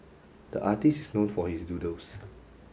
the artists is known for his doodles